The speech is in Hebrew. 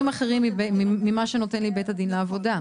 אחרים ממה שנותן לי בית הדין לעבודה,